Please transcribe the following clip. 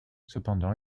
cependant